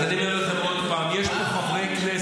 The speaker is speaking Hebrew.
אז אני אומר לכם עוד פעם שיש כאן,